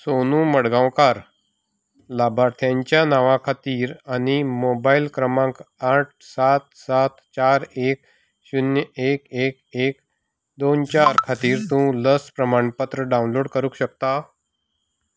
सोनू मडगांवकार लाभार्थ्याच्या नांवा खातीर आनी मोबायल क्रमांक आठ सात सात चार एक शून्य एक एक एक दोन चार खातीर तूं लस प्रमाणपत्र डावनलोड करूंक शकता